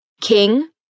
King